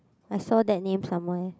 I saw that name somewhere